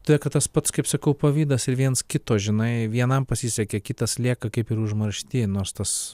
todėl kad tas pats kaip sakau pavydas ir viens kito žinai vienam pasisekė kitas lieka kaip ir užmaršty nors tas